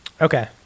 Okay